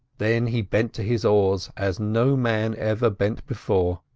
then he bent to his oars, as no man ever bent before.